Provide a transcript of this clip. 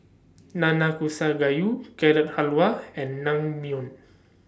Nanakusa Gayu Carrot Halwa and Naengmyeon